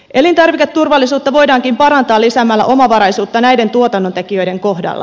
elintarviketurvallisuutta voidaankin parantaa lisäämällä omavaraisuutta näiden tuotannontekijöiden kohdalla